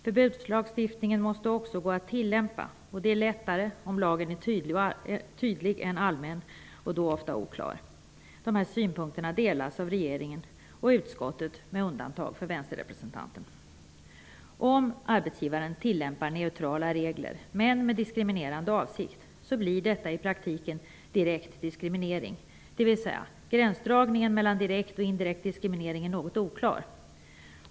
Förbudslagstiftningen måste också gå att tillämpa, och det är lättare om lagen är tydlig än om den är allmän och då ofta oklar. Dessa synpunkter delas av regeringen och utskottet med undantag för vänsterrepresentanten. Om arbetsgivaren tillämpar neutrala regler men med diskriminerande avsikt, blir detta i praktiken direkt diskriminering, dvs. gränsdragningen mellan direkt och indirekt diskriminering är något oklar.